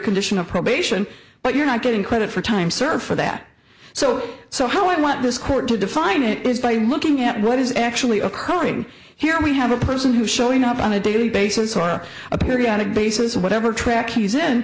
condition of probation but you're not getting credit for time served for that so so how i want this court to define it is by looking at what is actually occurring here we have a person who's showing up on a daily basis on a periodic basis whatever track he's in